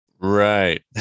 Right